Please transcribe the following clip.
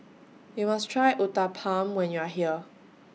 YOU must Try Uthapam when YOU Are here